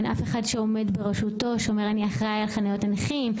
אין אף אחד שעומד ברשותו שאומר: אני אחראי על חניות הנכים.